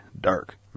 dark